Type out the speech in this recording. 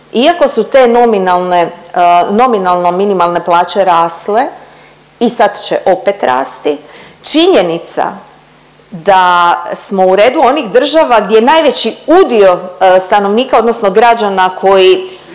nominalne, nominalno minimalne plaće rasle i sad će opet rasti, činjenica da smo u redu onih država gdje najveći udio stanovnika odnosno građana koji